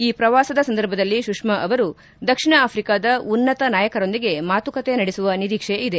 ಈ ಪ್ರವಾಸದ ಸಂದರ್ಭದಲ್ಲಿ ಸುಷ್ನಾ ಅವರು ದಕ್ಷಿಣ ಅಫ್ರಿಕಾದ ಉನ್ನತ ನಾಯಕರೊಂದಿಗೆ ಮಾತುಕತೆ ನಡೆಸುವ ನಿರೀಕ್ಸೆ ಇದೆ